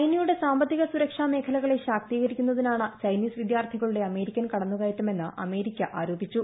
ചൈനയുടെ സാമ്പത്തിക സുരക്ഷാ മേഖലകളെ ശാക്തീകരിക്കുന്നതിനാണ് ചൈനീസ് വിദ്യാർത്ഥികളുടെ അമേരിക്കൻ കടന്നുകയറ്റമെന്ന് അമേരിക്ക ആരോപിച്ചു